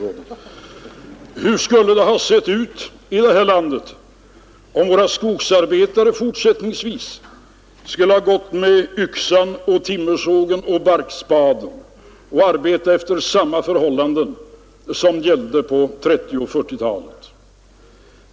Hur skulle det ha sett ut här i landet om våra skogsarbetare fortfarande skulle ha gått med yxan, timmersågen och barkspaden och arbetat under samma förhållanden som gällde på 1930 och 1940-talet?